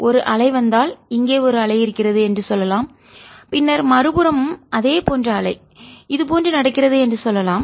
ஒரு அலை வந்தால் இங்கே ஒரு அலை இருக்கிறது என்று சொல்லலாம் பின்னர் மறுபுறமும் அதேபோன்ற அலை இது போன்று நடக்கிறது என்று சொல்லலாம்